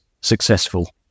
successful